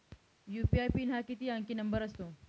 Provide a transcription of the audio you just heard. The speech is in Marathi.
यू.पी.आय पिन हा किती अंकी नंबर असतो?